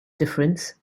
difference